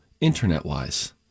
internet-wise